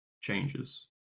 changes